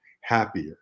happier